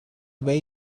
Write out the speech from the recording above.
way